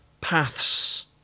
paths